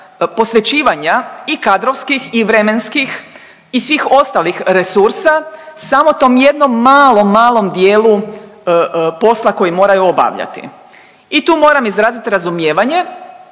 posvećivanja i kadrovskih i vremenskih i svih ostalih resursa samo tom jednom malom, malom dijelu posla koji moraju obavljati i tu moram izraziti razumijevanje